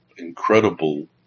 incredible